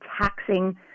taxing